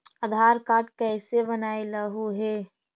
आधार card कईसे बनैलहु हे?